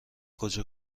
کجا